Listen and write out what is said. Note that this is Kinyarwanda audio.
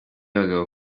abagabo